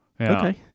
okay